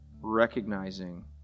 recognizing